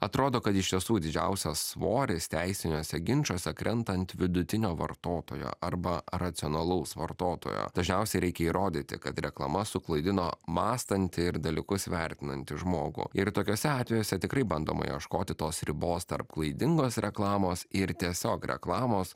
atrodo kad iš tiesų didžiausias svoris teisiniuose ginčuose krenta ant vidutinio vartotojo arba racionalaus vartotojo dažniausiai reikia įrodyti kad reklama suklaidino mąstanti ir dalykus vertinanti žmogų ir tokiuose atvejuose tikrai bandoma ieškoti tos ribos tarp klaidingos reklamos ir tiesiog reklamos